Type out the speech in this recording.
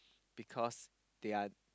because they are